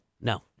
No